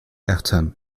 ayrton